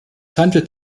handelt